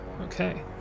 Okay